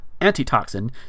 antitoxin